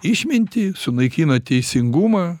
išmintį sunaikina teisingumą